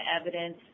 evidence